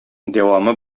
дәвамы